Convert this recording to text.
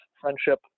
friendship